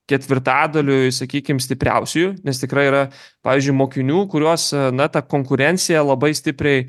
ketvirtadaliui sakykim stipriausiųjų nes tikrai yra pavyzdžiui mokinių kuriuos na ta konkurencija labai stipriai